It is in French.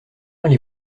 allez